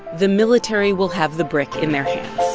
the military will have the brick in their hands